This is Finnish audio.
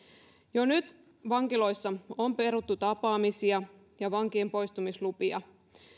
jo nyt vankiloissa on peruttu tapaamisia ja vankien poistumislupia